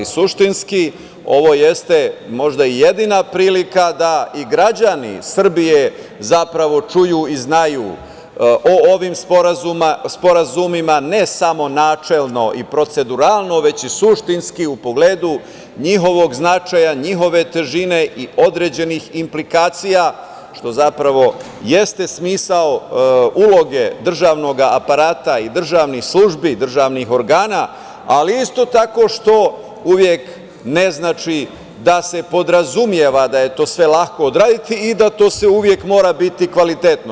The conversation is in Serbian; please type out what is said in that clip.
Suštinski, ovo jeste možda i jedini prilika da i građani Srbije zapravo čuju i znaju o ovim sporazumima ne samo načelno i proceduralno, već i suštinski, u pogledu njihovog značaja, njihove težine i određenih implikacija, što zapravo jeste smisao uloge državnog aparata i državnih službi, državnih organa, ali isto tako što uvek ne znači da se podrazumeva da je sve to lako odraditi i da sve to uvek mora biti kvalitetno.